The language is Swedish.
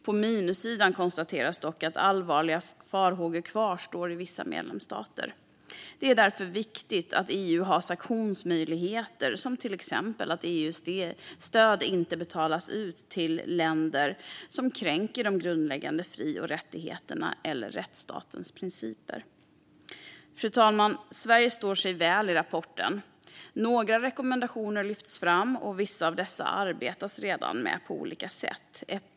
På minussidan konstateras dock att allvarliga farhågor kvarstår i vissa medlemsstater. Det är därför viktigt att EU har sanktionsmöjligheter, till exempel att EU-stöd inte betalas ut till länder som kränker de grundläggande fri och rättigheterna eller rättsstatens principer. Fru talman! Sverige står sig väl i rapporten. Några rekommendationer lyfts fram, och vissa av dessa arbetas det redan med på olika sätt.